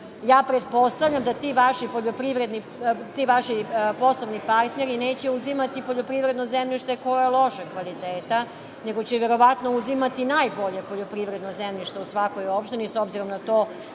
Pretpostavljam da ti vaši poslovni partneri neće uzimati poljoprivredno zemljište koje je lošeg kvaliteta nego će verovatno uzimati najbolje poljoprivredno zemljište u svakoj opštini s obzirom na to